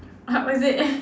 what was it